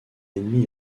ennemi